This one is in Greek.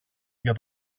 για